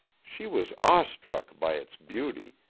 she was awe-struck by its beauty,